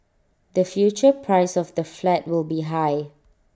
the future price of the flat will be high